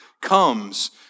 comes